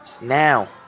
Now